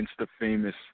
insta-famous